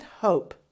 hope